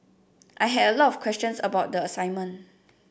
I had a lot of questions about the assignment